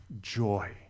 joy